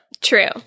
True